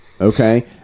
Okay